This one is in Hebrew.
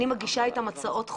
אני מגישה איתם הצעות חוק.